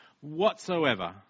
whatsoever